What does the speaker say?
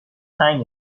تنگ